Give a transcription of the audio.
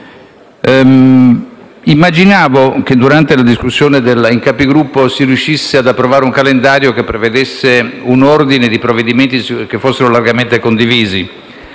Immaginavo che durante la discussione in Capigruppo si riuscisse ad approvare un calendario che prevedesse un ordine di provvedimenti che fossero largamente condivisi,